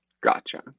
Gotcha